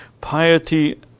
Piety